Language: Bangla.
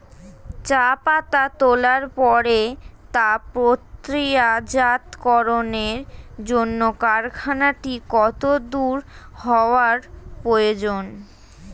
চা পাতা তোলার পরে তা প্রক্রিয়াজাতকরণের জন্য কারখানাটি কত দূর হওয়ার প্রয়োজন?